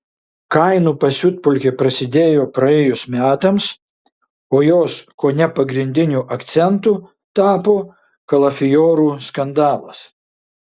kainų pasiutpolkė prasidėjo praėjus metams o jos kone pagrindiniu akcentu tapo kalafiorų skandalas